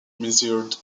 measured